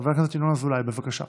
חבר הכנסת ינון אזולאי, בבקשה.